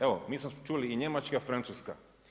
Evo, mi smo čuli i Njemačka i Francuska.